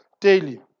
daily